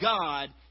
God